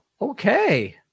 okay